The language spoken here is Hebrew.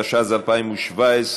התשע"ז 2017,